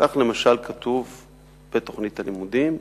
כך, למשל, כתוב בתוכנית הלימודים: